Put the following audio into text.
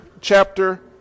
chapter